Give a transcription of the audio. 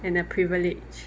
and a privilege